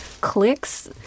clicks